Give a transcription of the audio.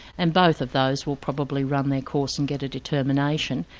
and both of those will probably run their course and get a determination.